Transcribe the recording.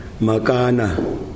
Makana